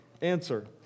Answer